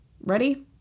Ready